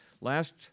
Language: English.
Last